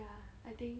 ya I think